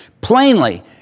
Plainly